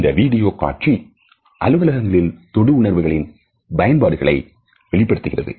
இந்த வீடியோ காட்சி அலுவலகங்களில் தொடுஉணர்வுகளின் பயன்பாடுகளை வெளிப்படுகிறது